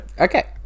Okay